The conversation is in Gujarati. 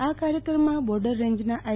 આ કાર્યક્રમમાં બોર્ડર રેન્જના આઈ